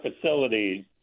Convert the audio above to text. facilities